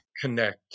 Connect